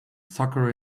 soccer